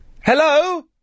Hello